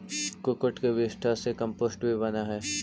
कुक्कुट के विष्ठा से कम्पोस्ट भी बनअ हई